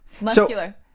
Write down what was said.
Muscular